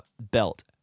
belt